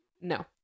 no